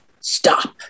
stop